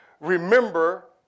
Remember